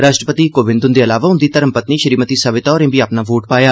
राश्ट्रपति कोविन्द हुन्दे अलावा उन्दी धर्मपत्नी श्रीमती सविता होरें बी अपना वोट पाया